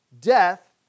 death